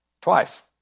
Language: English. Twice